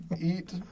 eat